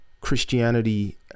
Christianity